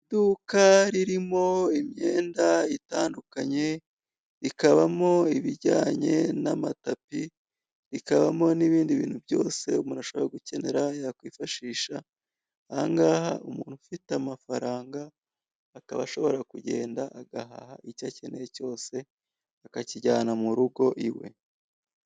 Iduka ririmo imyenda itandukanye, rikabamo ibijyanye n'amatapi, rikabamo n'ibindi bintu byose umuntu ashobora gukenera yakwifashisha, aha ngaha umuntu ufite amafaranga akaba ashobora kugenda agahaha icyo akeneye cyose akakijyana mu rugo iwe.